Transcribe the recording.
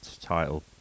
title